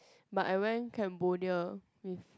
but I went Cambodia with